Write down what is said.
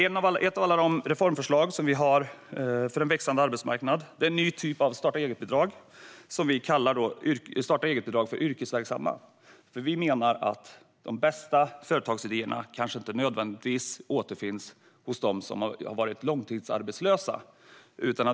Ett av alla de reformförslag som vi har för en växande arbetsmarknad är en ny typ av starta-eget-bidrag som vi kallar starta-eget-bidrag för yrkesverksamma. Vi menar nämligen att de bästa företagsidéerna kanske inte nödvändigtvis återfinns hos dem som har varit långtidsarbetslösa.